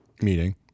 meeting